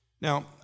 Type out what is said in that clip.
Now